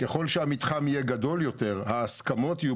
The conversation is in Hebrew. ככל שהמתחם יהיה גדול יותר ההסכמות יהיו